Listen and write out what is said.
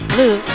Blue